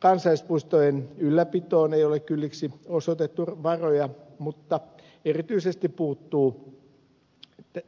kansallispuistojen ylläpitoon ei ole kylliksi osoitettu varoja mutta erityisesti puuttuu